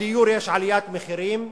בדיור יש עליית מחירים,